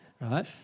right